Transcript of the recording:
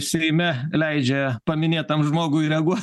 seime leidžia paminėtam žmogui reaguot